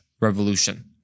Revolution